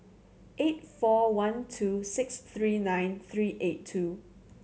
eight four one two six three nine three eight two